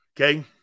Okay